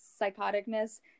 psychoticness